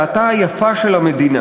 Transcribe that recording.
כאן אני מצטט: "שעתה היפה של המדינה,